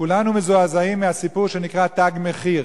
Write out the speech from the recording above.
כולנו מזועזעים מהסיפור שנקרא "תג מחיר".